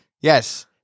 Yes